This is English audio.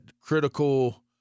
critical